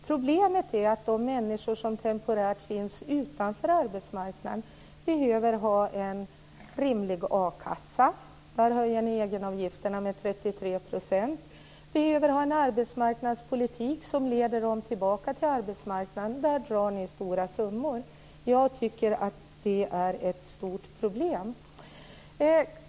Problemet är att de människor som temporärt finns utanför arbetsmarknaden behöver ha en rimlig a-kassa. Där vill ni höja egenavgifterna med 33 %. Vi vill ha en arbetsmarknadspolitik som leder människor tillbaka till arbetsmarknaden. Där vill ni dra bort stora summor. Det är ett stort problem.